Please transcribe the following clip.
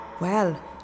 Well